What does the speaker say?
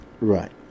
Right